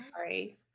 sorry